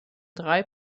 drei